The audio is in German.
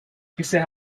bisher